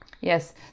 Yes